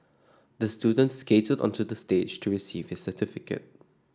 the student skated onto the stage to receive his certificate